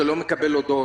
שלא מקבל הודעות.